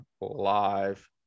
live